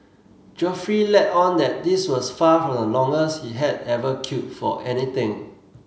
Geoffrey let on that this was far from the longest he had ever queued for anything